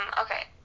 Okay